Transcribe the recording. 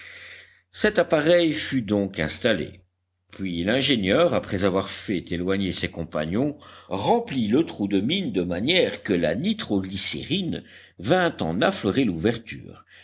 cet appareil fut donc installé puis l'ingénieur après avoir fait éloigner ses compagnons remplit le trou de mine de manière que la nitro glycérine vînt en affleurer l'ouverture